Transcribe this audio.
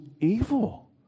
evil